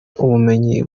ubumenyi